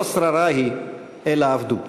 לא שררה היא אלא עבדות.